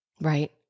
right